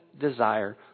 desire